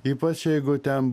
ypač jeigu ten